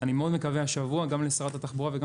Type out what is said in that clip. אני מאוד מקווה השבוע גם לשרת התחבורה וגם